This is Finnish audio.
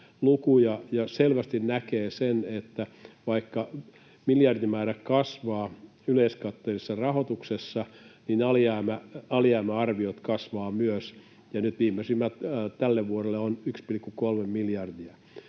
selvästi näkee sen, että vaikka miljardimäärä kasvaa yleiskatteellisessa rahoituksessa, niin alijäämäarviot kasvavat myös. Nyt viimeisimmät tälle vuodelle ovat 1,3 miljardia.